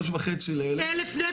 3.5 ל-1,000.